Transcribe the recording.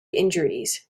injuries